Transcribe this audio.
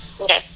okay